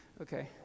Okay